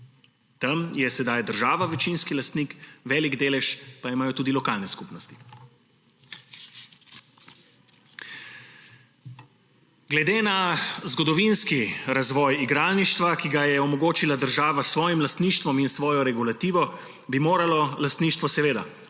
Tam je sedaj država večinski lastnik, velik delež pa imajo tudi lokalne skupnosti. Glede na zgodovinski razvoj igralništva, ki ga je omogočila država s svojim lastništvom in s svojo regulativo, bi moralo lastništvo seveda